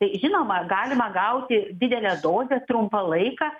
tai žinoma galima gauti didelę dozę trumpą laiką